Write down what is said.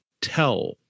tell